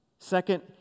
Second